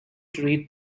trait